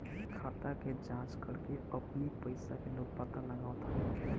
खाता के जाँच करके अपनी पईसा के लोग पता लगावत हवे